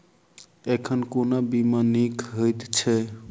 एखन कोना बीमा नीक हएत छै?